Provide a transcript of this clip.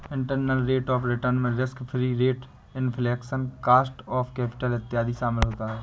internal rate of return में risk free rate, inflation, cost of capital इत्यादि शामिल होता है